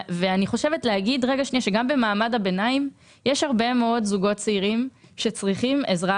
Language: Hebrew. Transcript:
גם במעמד הביניים יש הרבה מאוד זוגות צעירים שצריכים עזרה